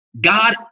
God